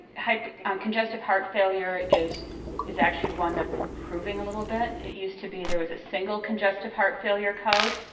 um congestive heart failure is is actually one that's improving a little bit. it used to be there was a single congestive heart failure code,